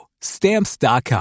Stamps.com